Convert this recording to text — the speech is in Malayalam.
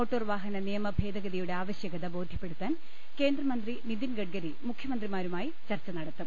മോട്ടോർവാഹന നിയമഭേദഗതിയൂടെ ആവശ്യകത ബോധ്യ പ്പെടുത്താൻ കേന്ദ്രമന്ത്രി നിതിൻ ഗഡ്ഗരി മുഖ്യമന്ത്രിമാരു മായി ചർച്ച നടത്തും